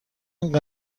این